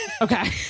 Okay